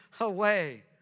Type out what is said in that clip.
away